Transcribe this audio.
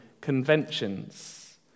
conventions